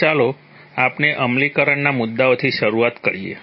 તો ચાલો આપણે અમલીકરણના મુદ્દાઓથી શરૂઆત કરીએ